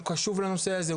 הוא קשוב לנושא הזה,